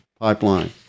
pipeline